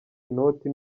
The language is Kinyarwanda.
inoti